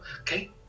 okay